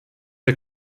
der